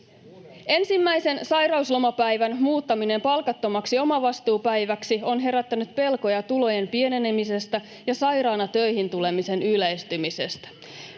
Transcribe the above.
Ensimmäisen sairauslomapäivän muuttaminen palkattomaksi omavastuupäiväksi on herättänyt pelkoja tulojen pienenemisestä ja sairaana töihin tulemisen yleistymisestä.